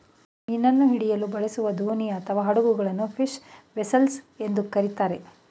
ಮೀನನ್ನು ಹಿಡಿಯಲು ಬಳಸುವ ದೋಣಿ ಅಥವಾ ಹಡಗುಗಳನ್ನು ಫಿಶ್ ವೆಸೆಲ್ಸ್ ಎಂದು ಕರಿತಾರೆ